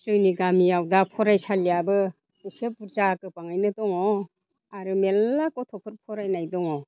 जोंनि गामियाव दा फरायसालियाबो एसे बुरजा गोबाङैनो दङ आरो मेरला गथ'फोर फरायनाय दङ